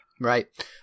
Right